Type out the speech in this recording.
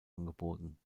angeboten